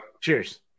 Cheers